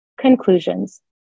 Conclusions